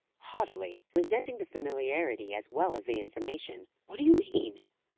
haughtily, resenting the familiarity, as well as the information. what do you mean?